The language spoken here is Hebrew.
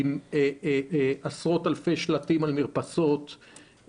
עשרות אלפי שלטים במרפסות,